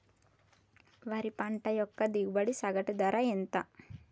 వరి పంట యొక్క దిగుబడి సగటు ధర ఎంత?